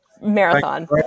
marathon